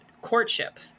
courtship